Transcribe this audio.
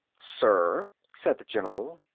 sir, said the general,